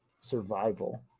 survival